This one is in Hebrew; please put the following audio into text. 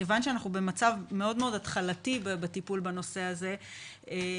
מכיוון שאנחנו במצב מאוד התחלתי בטיפול בנושא הזה,